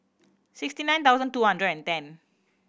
sixty nine thousand two hundred and ten